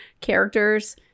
characters